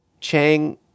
Chang